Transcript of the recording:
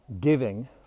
giving